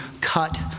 cut